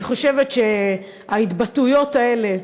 אני חושבת שההתבטאויות האלה,